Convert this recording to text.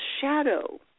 shadow